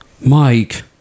Mike